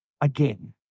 again